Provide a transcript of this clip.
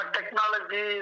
Technology